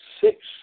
six